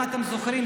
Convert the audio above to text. אם אתם זוכרים,